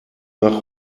nach